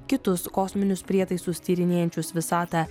kitus kosminius prietaisus tyrinėjančius visatą